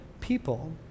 people